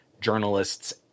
journalists